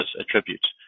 attributes